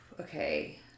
Okay